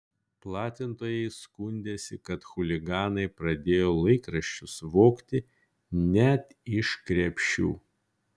platintojai skundėsi kad chuliganai pradėjo laikraščius vogti net iš krepšių